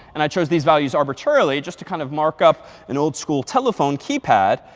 and i chose these values arbitrarily just to kind of markup an old school telephone keypad,